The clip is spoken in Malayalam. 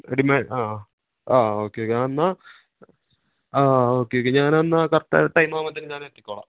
അടിമാലി ആ ആ ഓക്കേ ഓക്കേ എന്നാല് ആ ഓക്കേ ഓക്കേ ഞാനെന്നാല് കറക്ട് ടൈം ആകുമ്പോഴത്തേനും ഞാനെത്തിക്കോളാം